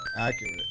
accurate